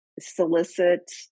solicit